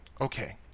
Okay